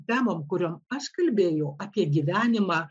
temom kuriom aš kalbėjau apie gyvenimą